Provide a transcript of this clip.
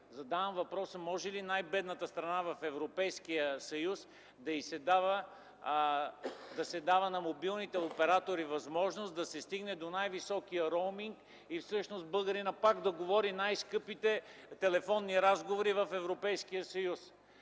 Задавам въпроса: може ли в най-бедната страна в Европейския съюз да се дава на мобилните оператори възможност да се стигне до най-високия роуминг и българинът пак да говори най скъпите телефонни разговори в Европейския съюз?